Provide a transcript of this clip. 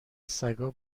سگا